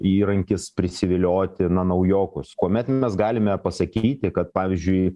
įrankis prisivilioti na naujokus kuomet mes galime pasakyti kad pavyzdžiui